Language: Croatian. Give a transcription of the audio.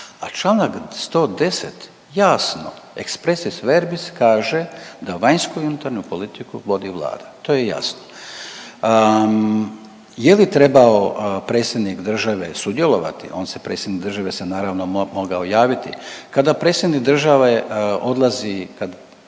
a čl. 110. jasno expresis verbis, kaže da vanjsku i unutarnju politiku vodi Vlada. To je jasno. Je li trebao predsjednik države sudjelovati. On se predsjednik države se naravno mogao javiti. Kada predsjednik države odlazi